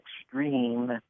extreme